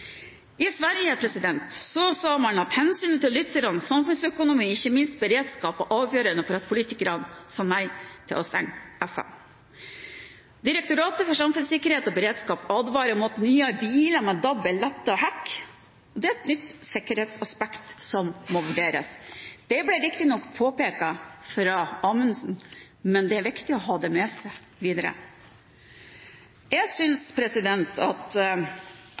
I Sverige var hensynet til lytterne, samfunnsøkonomi og ikke minst beredskapen avgjørende for at politikerne sa nei til å stenge FM. Direktoratet for samfunnssikkerhet og beredskap advarer mot at nye biler med DAB er lett å hacke. Det er et nytt sikkerhetsaspekt som må vurderes. Det påpekte riktignok Anundsen, men det er viktig å ha det med seg videre.